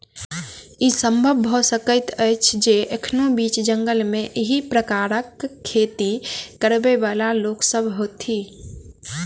ई संभव भ सकैत अछि जे एखनो बीच जंगल मे एहि प्रकारक खेती करयबाला लोक सभ होथि